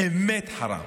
באמת חראם.